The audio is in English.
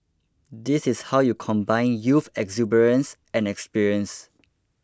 this is how you combine youth exuberance and experience